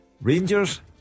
Rangers